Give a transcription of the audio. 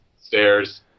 stairs